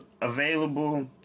available